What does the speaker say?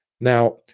Now